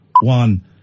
one